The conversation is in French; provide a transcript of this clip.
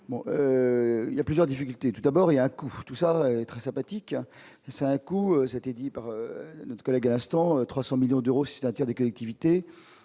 il y a plusieurs difficultés tout d'abord, il y a un coût, tout ça est très sympathique ça un coup c'était dit par notre collègue à l'instant 300 millions d'euros, c'est-à-dire des collectivités